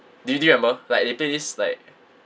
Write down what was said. do you do you remember like they played this like